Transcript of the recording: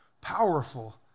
powerful